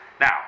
Now